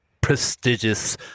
prestigious